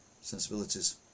sensibilities